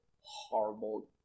horrible